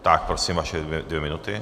Tak prosím vaše dvě minuty.